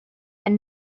and